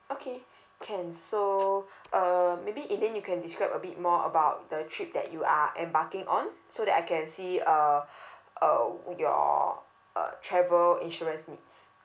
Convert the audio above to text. okay can so uh maybe elaine you can describe a bit more about the trip that you are embarking on so that I can see uh uh your uh travel insurance needs